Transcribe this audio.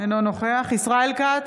אינו נוכח ישראל כץ,